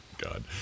God